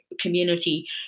community